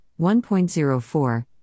1.04